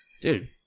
Dude